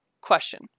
Question